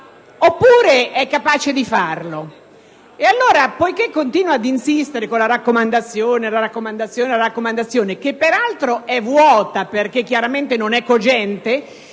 oppure è capace di farlo?